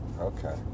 Okay